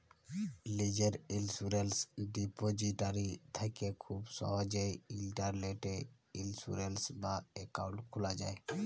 লীজের ইলসুরেলস ডিপজিটারি থ্যাকে খুব সহজেই ইলটারলেটে ইলসুরেলস বা একাউল্ট খুলা যায়